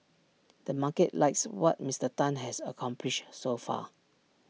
the market likes what Mister Tan has accomplished so far